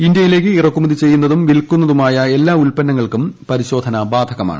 ഇന്തൃയിലേക്ക് ഇറക്കുമതി ചെയ്യുന്നതും വിൽക്കുന്നതുമായ എല്ലാ ഉൽപ്പന്നങ്ങൾക്കും പരിശോധന ബാധകമാണ്